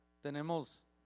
tenemos